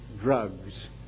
Drugs